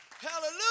Hallelujah